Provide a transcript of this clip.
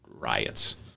riots